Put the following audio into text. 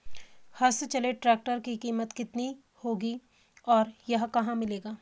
हस्त चलित ट्रैक्टर की कीमत कितनी होगी और यह कहाँ मिलेगा?